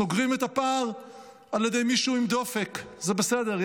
סוגרים את הפער על ידי מישהו עם דופק: זה בסדר,